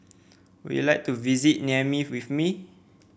would you like to visit Niamey with me